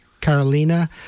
Carolina